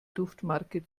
duftmarke